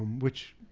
which,